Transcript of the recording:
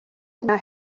yna